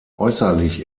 äußerlich